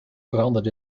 veranderd